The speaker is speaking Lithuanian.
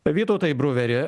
vytautai bruveri